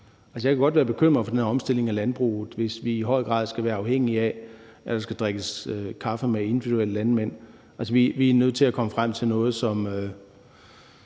Jeg kan godt være bekymret for den her omstilling af landbruget, hvis vi i høj grad skal være afhængige af, at der skal drikkes kaffe med individuelle landmænd. Vi er nødt til at komme frem til noget, som